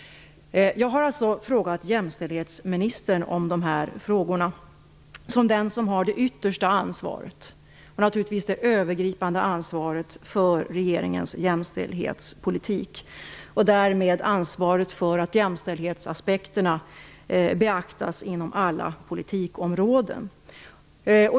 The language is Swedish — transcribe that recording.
Jag hade alltså ställt min fråga till jämställdhetsministern, som är den som har det yttersta och övergripande ansvaret för regeringens jämställdhetspolitik och därmed ansvaret för att jämställdhetsaspekterna beaktas inom alla politikområden.